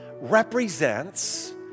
represents